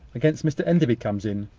against mr enderby comes in.